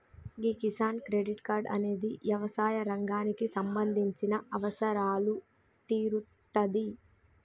గీ Kisan credit card అనేది యవసాయ రంగానికి సంబంధించిన అవసరాలు తీరుత్తాది